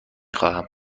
خواهم